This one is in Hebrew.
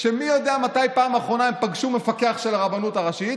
שמי יודע מתי בפעם אחרונה הם פגשו מפקח של הרבנות הראשית,